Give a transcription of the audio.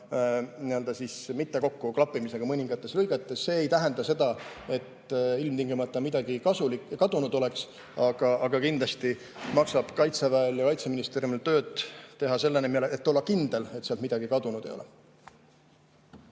mitte kokku klappimisega mõningates lõigetes. See ei tähenda seda, et ilmtingimata midagi kadunud oleks. Aga kindlasti maksab Kaitseväel ja Kaitseministeeriumil tööd teha selle nimel, et olla kindel, et sealt midagi kadunud ei ole.